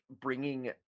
bringing